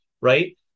Right